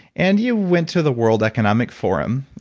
and you went to the world economic forum,